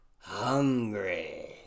hungry